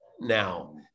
now